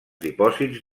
dipòsits